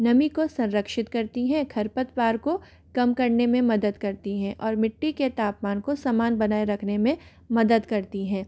नमी को संरक्षित करती है खरपतवार को कम करने में मदद करती है और मीट्टी के तापमान को समान बनाए रखने में मदद करती है